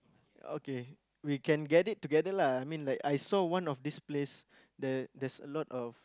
okay we can get it together lah like I mean I saw one of this place there's a lot of